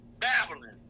babbling